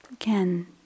again